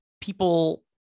people